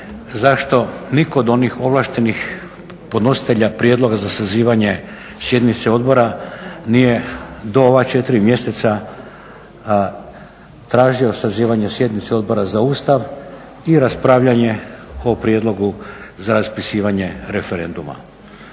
zašto nitko od onih ovlaštenih podnositelja prijedloga za sazivanje sjednice odbora nije do ova četiri mjeseca tražio sazivanje sjednice Odbora za Ustav i raspravljanje o prijedlogu za raspisivanje referenduma.